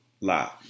lie